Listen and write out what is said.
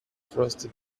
frosted